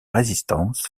résistance